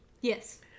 Yes